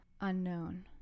unknown